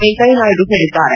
ವೆಂಕಯ್ಯನಾಯ್ಡು ಹೇಳಿದ್ದಾರೆ